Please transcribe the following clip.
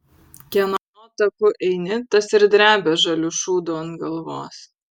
kieno taku eini tas ir drebia žaliu šūdu ant galvos